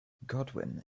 godwin